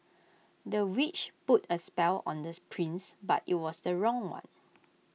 the witch put A spell on the prince but IT was the wrong one